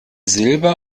silber